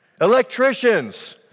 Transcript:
Electricians